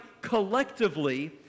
collectively